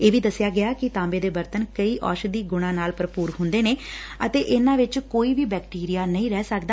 ਇਹ ਵੀ ਦਸਿਆ ਗੈ ਕਿ ਤਾਂਬੇ ਦੇ ਬਰਤਨ ਕਈ ਔਸ਼ਧੀ ਗੁਣਾਂ ਨਾਲ ਭਰਪੁਰ ਹੁੰਦੇ ਨੇ ਅਤੇ ਇਨਾਂ ਚ ਕੋਈ ਵੀ ਬੈਕਟੀਰਿਆ ਨਹੀ ਰਹਿ ਸਕਦਾ